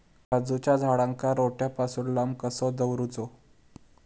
काजूच्या झाडांका रोट्या पासून लांब कसो दवरूचो?